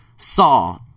saw